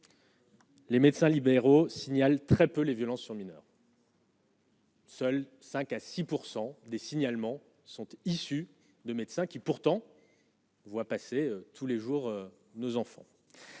Les médecins libéraux signal très peu les violences sur mineur. Seuls 5 à 6 % des signalements sont issus de médecins qui pourtant voit passer tous les jours nos enfants.